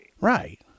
Right